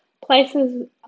places